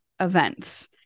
events